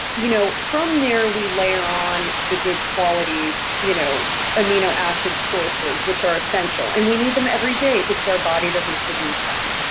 you know from there we layer on the good quality you know amino acid sources, which are essential. and we need them every day, because our body doesn't produce them.